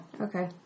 Okay